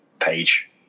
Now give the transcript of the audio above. page